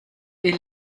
est